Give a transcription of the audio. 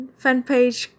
fanpage